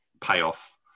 payoff